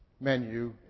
menu